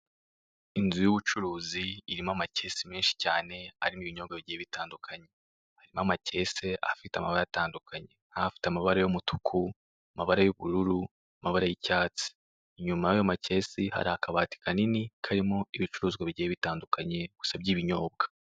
Inzu y'ubucuruzi irimo amakesi menshi cyane, arimo ibinyobwa bigiye bitandukanye, harimo amakese afite amabara atandukanye: afite amabara y'umutuku, amabara y'ubururu, amabara y'icyatsi, inyuma yayo makesi hari akabati kanini karimo ibicuruzwa bigiye bitandukanye gusa by'ibinyobwa.